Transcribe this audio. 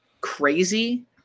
crazy